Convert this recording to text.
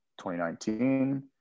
2019